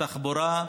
תחבורה,